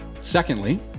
Secondly